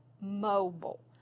mobile